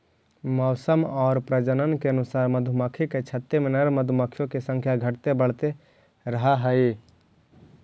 मौसम और प्रजनन के अनुसार मधुमक्खी के छत्ते में नर मधुमक्खियों की संख्या घटते बढ़ते रहअ हई